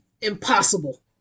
impossible